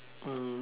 um